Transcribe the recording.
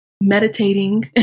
meditating